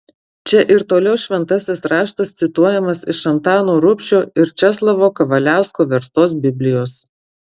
čia ir toliau šventasis raštas cituojamas iš antano rubšio ir česlovo kavaliausko verstos biblijos